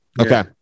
okay